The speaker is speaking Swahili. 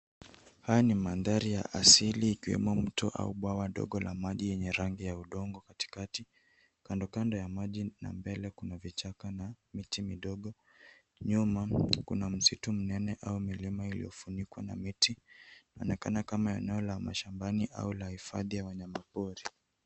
Haya ni mandhari ya asili ikiwemo mto au bwawa ndogo la maji yenye rangi ya udongo katikati. Kando kando ya maji na mbele kuna vichaka na miti midogo. Nyuma kuna msitu mnene au mlima iliyofunikwa na miti. Inaonekana kama eneo la mashambani au la hifadhi ya wanyama pori.